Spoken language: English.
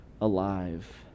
alive